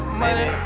money